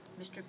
Mr